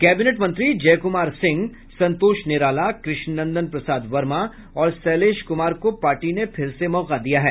cabinet मंत्री जयकुमार सिंह संतोष निराला कृष्णनंदन वर्मा और शैलेश कुमार को पार्टी ने फिर से मौका दिया है